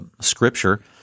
scripture